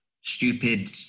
stupid